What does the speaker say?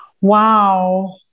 Wow